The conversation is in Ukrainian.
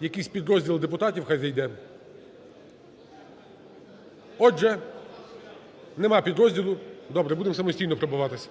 якийсь підрозділ депутатів хай зайде. Отже, немає підрозділу. Добре, будемо самостійно пробиватись.